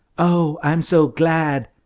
oh, i'm so glad!